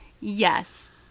Yes